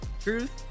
Truth